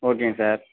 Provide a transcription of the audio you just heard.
ஓகேங்க சார்